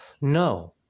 No